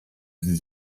sie